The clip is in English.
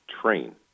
train